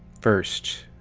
first,